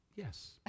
Yes